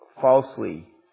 falsely